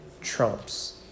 trumps